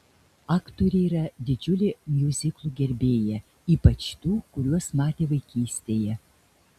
aktorė yra didžiulė miuziklų gerbėja ypač tų kuriuos matė vaikystėje